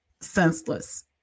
senseless